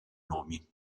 nomi